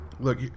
Look